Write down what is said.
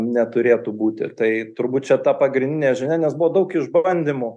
neturėtų būti tai turbūt čia ta pagrindinė žinia nes buvo daug išbandymų